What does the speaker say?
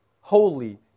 holy